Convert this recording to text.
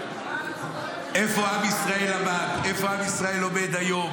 איפה עם ישראל עמד,